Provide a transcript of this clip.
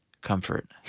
comfort